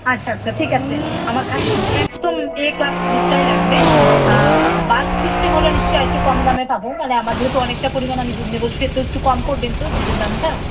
আচ্ছা আচ্ছা ঠিক আছে আমার খাঁটি দুধ একদম এ ক্লাস দুধটাই লাগবে বাল্ক সিস্টেম হলে নিশ্চয়ই আরেকটু কম দামে পাব মানে আমার যেহেতু অনেকটা পরিমাণ আমি দুধ নেব সেহেতু একটু কম করবেন তো দুধের দামটা